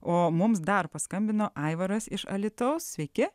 o mums dar paskambino aivaras iš alytaus sveiki